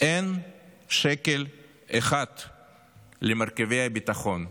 אין שקל אחד למרכיבי הביטחון,